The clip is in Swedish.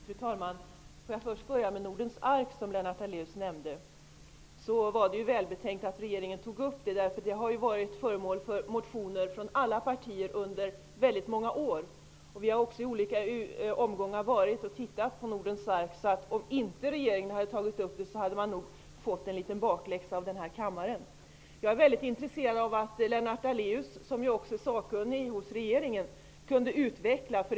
Fru talman! Jag vill börja med Nordens ark som Lennart Daléus nämnde. Det var väl betänkt av regeringen att ta upp frågan. Den har varit föremål för motioner från olika partier under väldigt många år. Vi har också i olika omgångar varit nere och tittat på Nordens ark. Om regeringen inte tagit upp det, hade den nog fått en liten bakläxa av kammaren. Det vore väldigt intressant om Lennart Daléus, som också är sakkunnig hos regeringen, kunde utveckla detta.